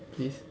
please